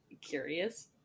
curious